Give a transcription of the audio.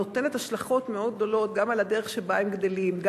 יש לה השלכות מאוד גדולות גם על הדרך שבה הם גדלים,